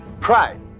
pride